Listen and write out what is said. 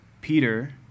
Peter